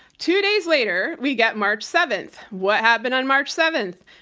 two days later, we get march seventh. what happened on march seventh?